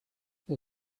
they